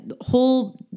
whole